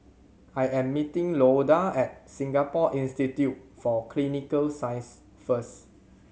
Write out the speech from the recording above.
I am meeting Loda at Singapore Institute for Clinical Sciences first